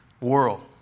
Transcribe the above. world